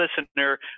listener